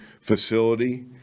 facility